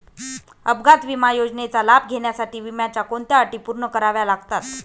अपघात विमा योजनेचा लाभ घेण्यासाठी विम्याच्या कोणत्या अटी पूर्ण कराव्या लागतात?